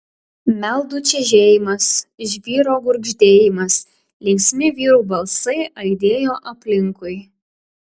meldų čežėjimas žvyro gurgždėjimas linksmi vyrų balsai aidėjo aplinkui